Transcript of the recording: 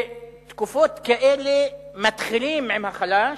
בתקופות כאלה מתחילים עם החלש,